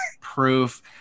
proof